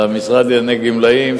והמשרד לענייני גמלאים,